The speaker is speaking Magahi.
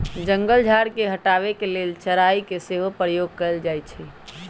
जंगल झार के हटाबे के लेल चराई के सेहो प्रयोग कएल जाइ छइ